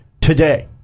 today